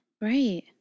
Right